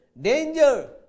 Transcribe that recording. danger